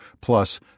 plus